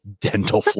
dental